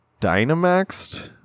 Dynamaxed